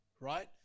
right